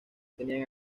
tenían